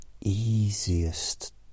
easiest